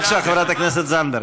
בבקשה, חברת הכנסת זנדברג.